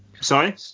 Sorry